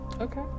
Okay